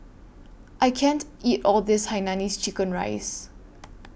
I can't eat All of This Hainanese Chicken Rice